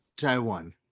Taiwan